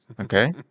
Okay